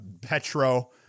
Petro